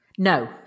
No